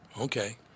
Okay